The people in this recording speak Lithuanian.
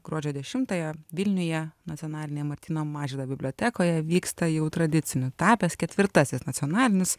gruodžio dešimtąją vilniuje nacionalinėj martyno mažvydo bibliotekoje vyksta jau tradiciniu tapęs ketvirtasis nacionalinis